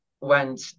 went